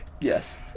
yes